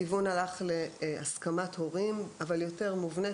הכיוון הלך להסכמת הורים אבל יותר מובנית,